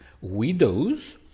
Widows